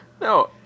No